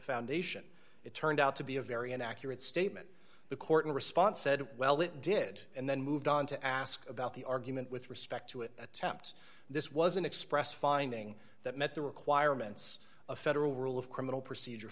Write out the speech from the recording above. foundation it turned out to be a very inaccurate statement the court in response said well it did and then moved on to ask about the argument with respect to an attempt this was an expressed finding that met the requirements of federal rule of criminal procedure